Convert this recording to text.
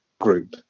Group